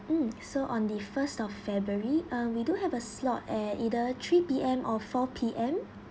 mm so on the first of february uh we do have a slot at either three P_M or four P_M